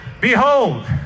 behold